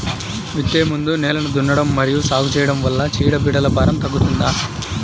విత్తే ముందు నేలను దున్నడం మరియు సాగు చేయడం వల్ల చీడపీడల భారం తగ్గుతుందా?